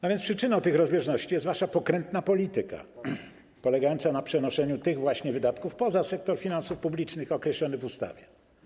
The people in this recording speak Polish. No więc przyczyną tych rozbieżności jest wasza pokrętna polityka polegająca na przenoszeniu tych właśnie wydatków poza sektor finansów publicznych określony w ustawie.